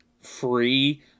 free